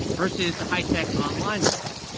versus the high-tech online world.